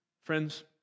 Friends